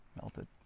Melted